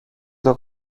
τον